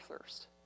thirst